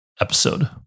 episode